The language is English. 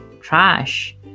trash